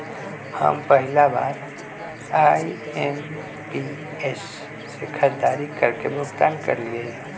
हम पहिला बार आई.एम.पी.एस से खरीदारी करके भुगतान करलिअई ह